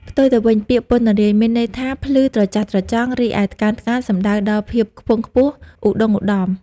ផ្ទុយទៅវិញ ពាក្យ «ពណ្ណរាយ» មានន័យថាភ្លឺត្រចះត្រចង់ រីឯ «ថ្កើងថ្កាន» សំដៅដល់ភាពខ្ពង់ខ្ពស់ ឧត្ដុង្គឧត្ដម។